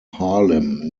harlem